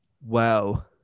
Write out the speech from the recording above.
Wow